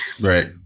right